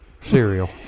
Cereal